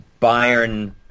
Bayern